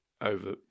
over